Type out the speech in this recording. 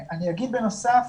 בנוסף,